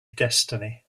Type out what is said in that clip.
destiny